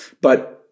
But-